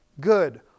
Good